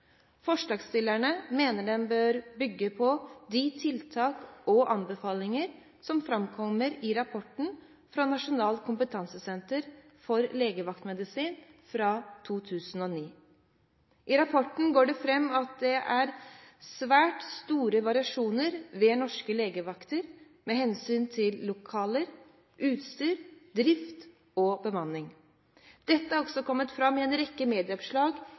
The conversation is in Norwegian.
Forslagsstillerne mener den bør bygge på de tiltak og anbefalinger som framkommer i rapporten fra Nasjonalt kompetansesenter for legevaktmedisin fra 2009. I rapporten går det fram at det er svært store variasjoner ved norske legevakter med hensyn til lokaler, utstyr, drift og bemanning. Dette har også kommet fram i en rekke medieoppslag